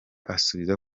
asubiza